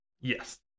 yes